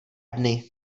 dny